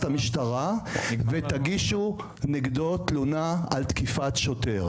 המשטרה ותגישו נגדו תלונה על תקיפת שוטר.